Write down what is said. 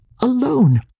alone